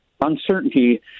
uncertainty